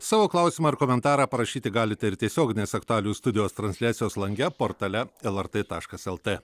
savo klausimą ar komentarą parašyti galite ir tiesioginės aktualijų studijos transliacijos lange portale lrt taškas lt